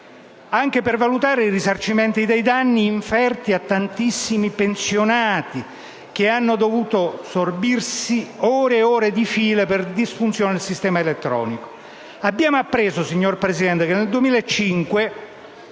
anche per valutare i risarcimenti dei danni inferti a tantissimi pensionati che hanno dovuto sorbirsi ore e ore di fila per disfunzione del sistema elettronico. Abbiamo appreso, signor Presidente, che nel 2005